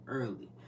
early